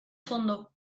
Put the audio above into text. fondo